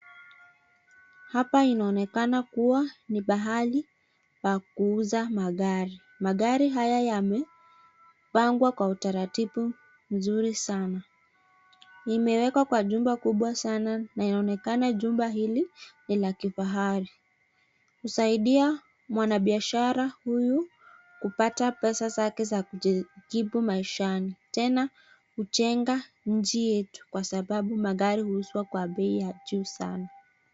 Hapa inaonekana kuwa ni pahali pa kuuza magari. Magari haya yamepangwa kwa utaratibu mzuri sana. Imewekwa kwa jumba kubwa sana na inaonekana jumba hili ni la kifahari. Husaidia mwanabiashara huyu kupata pesa zake za kujikimu maishani. Tena, hujenga nchi yetu kwa sababu magari huuzwa kwa bei ya juu sana.